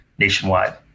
nationwide